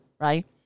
Right